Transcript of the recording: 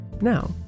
Now